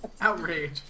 Outrage